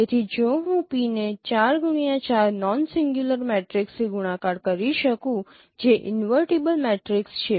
તેથી જો હું P ને 4x4 નોનસિંગ્યુલર મેટ્રિક્સથી ગુણાકાર કરી શકું જે ઈન્વર્ટીબલ મેટ્રિક્સ છે